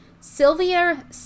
Sylvia